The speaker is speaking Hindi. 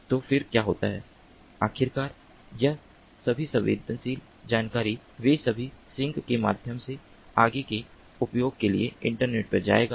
तो फिर क्या होता है आखिरकार यह सभी संवेदनशील जानकारी वे सभी सिंक के माध्यम से आगे के उपयोग के लिए इंटरनेट पर जाएंगे